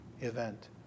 event